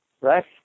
Right